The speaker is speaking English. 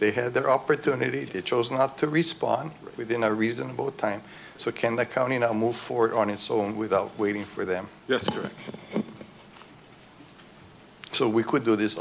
they had their opportunity to chose not to respond within a reasonable time so can the county now move forward on its own without waiting for them yesterday so we could do this